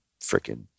freaking